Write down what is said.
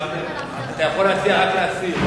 אתה יכול להציע רק להסיר.